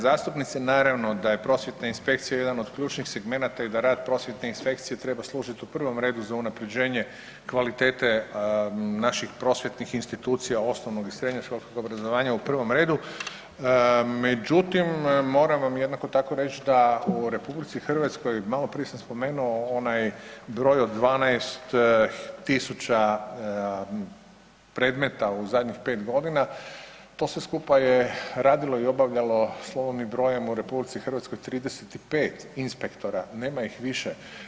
Uvažena zastupnice, naravno da je prosvjetna inspekcija jedan od ključnih segmenata i da rada prosvjetne inspekcije treba služiti u prvom redu za unapređenje kvalitete naših prosvjetnih institucija osnovnog i srednjoškolskog obrazovanja u prvom redu, međutim moram vam jednako tako reć da u RH maloprije sam spomenuo onaj broj od 12.000 predmeta u zadnjih pet godina, to sve skupa je radilo i obavljalo slovom i brojem u RH 35 inspektora, nema ih više.